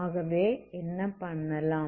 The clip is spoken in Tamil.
ஆகவே என்ன பண்ணலாம்